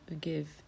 give